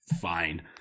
fine